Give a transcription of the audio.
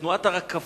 את תנועת הרכבות,